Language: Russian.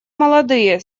молодые